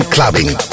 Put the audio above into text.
Clubbing